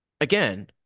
again